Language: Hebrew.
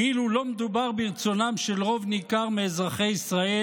כאילו לא מדובר ברצונם של רוב ניכר מאזרחי ישראל